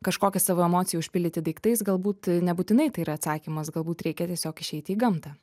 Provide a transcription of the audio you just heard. kažkokią savo emociją užpildyti daiktais galbūt nebūtinai tai yra atsakymas galbūt reikia tiesiog išeiti į gamtą